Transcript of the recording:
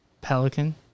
Pelican